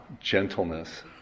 Gentleness